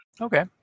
okay